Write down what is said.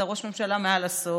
אתה ראש ממשלה מעל עשור,